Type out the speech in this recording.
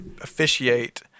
officiate